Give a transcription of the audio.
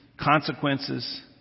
consequences